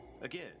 Again